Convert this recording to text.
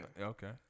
Okay